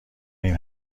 این